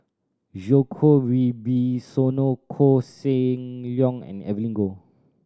Djoko Wibisono Koh Seng Leong and Evelyn Goh